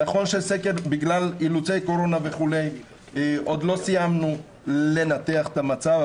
נכון שבגלל אילוצי קורונה וכו' עוד לא סיימנו לנתח את המצב,